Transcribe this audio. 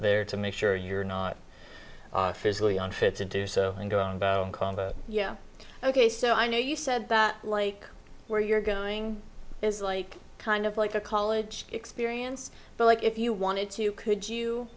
there to make sure you're not physically unfit to do so yeah ok so i know you said like where you're going is like kind of like a college experience but like if you wanted to you could you